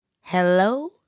Hello